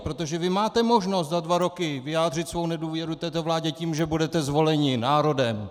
Protože vy máte možnost za dva roky vyjádřit svou nedůvěru této vládě tím, že budete zvoleni národem!